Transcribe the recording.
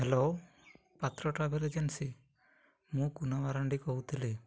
hello Patra travel agency ମୁଁ କୁନା ମାରାଣ୍ଡି କହୁଥିଲି